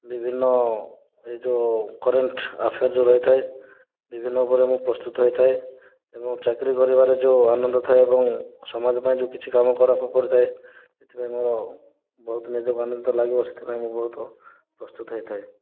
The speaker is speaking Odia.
ବିଭିନ୍ନ ଏ ଯେଉଁ କରେଣ୍ଟ ଆଫେୟାର ଯେଉଁ ରହିଥାଏ ବିଭିନ୍ନ ଉପରେ ମୁଁ ପ୍ରସ୍ତୁତ ହୋଇଥାଏ ଏବଂ ଚାକିରୀ କରିବାରେ ଯେଉଁ ଆନନ୍ଦ ଥାଏ ଏବଂ ସମାଜ ପାଇଁ ଯେଉଁ କିଛି କାମ କରିବାକୁ ପଡ଼ିଥାଏ ଏଥିପାଇଁ ମୁଁ ବହୁତ ସେଥିପାଇଁ ବହୁତ ପ୍ରସ୍ତୁତି ହୋଇଥାଏ